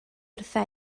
wrtha